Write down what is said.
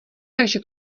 takže